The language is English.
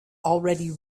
already